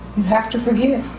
you have to forgive.